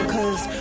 Cause